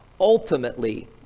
ultimately